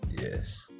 Yes